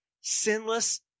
sinless